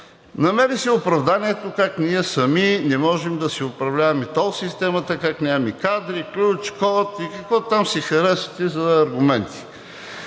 Намери се оправданието как ние сами не можем да си управляваме тол системата, как нямаме кадри, ключ, код и каквото там си харесате за аргументи.